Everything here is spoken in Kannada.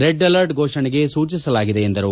ರೆಡ್ ಅಲರ್ಟ್ ಫೋಷಣೆಗೆ ಸೂಚಿಸಲಾಗಿದೆ ಎಂದರು